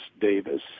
Davis